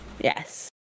Yes